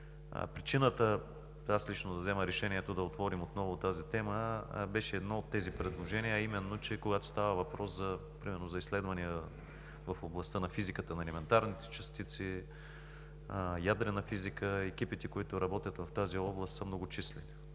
Причината да взема решение да отворим отново тази тема беше едно от тези предложения, а именно, че когато става въпрос примерно за изследвания в областта на физиката на елементарните частици, ядрена физика, екипите, които работят в тази област, са многочислени.